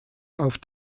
auf